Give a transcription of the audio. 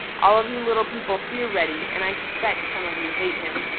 all of you little people fear reddy, and i suspect some of you hate him.